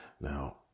Now